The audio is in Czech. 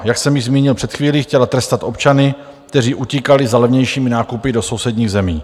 Jak jsem již zmínil před chvílí, chtěla trestat občany, kteří utíkali za levnějšími nákupy do sousedních zemí.